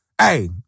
Hey